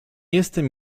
jestem